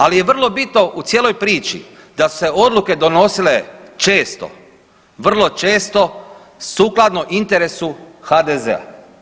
Ali je vrlo bitno u cijeloj priči da su se odluke donosile često, vrlo često sukladno interesu HDZ-a.